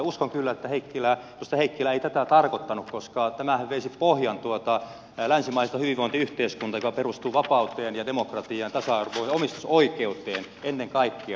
uskon kyllä että edustaja heikkilä ei tätä tarkoittanut koska tämähän veisi pohjan länsimaiselta hyvinvointiyhteiskunnalta joka perustuu vapauteen ja demokratiaan tasa arvoon ja omistusoikeuteen ennen kaikkea